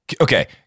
Okay